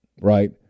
right